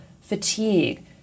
fatigue